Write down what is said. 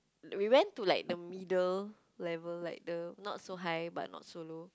we went to like the middle level like the not so high but not so low